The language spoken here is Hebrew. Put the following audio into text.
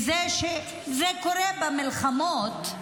בזה שזה קורה במלחמות,